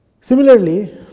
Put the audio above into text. Similarly